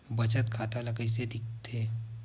बचत खाता ला कइसे दिखथे?